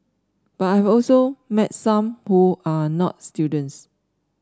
but I've also met some who are not students